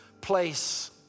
place